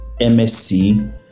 MSc